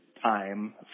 time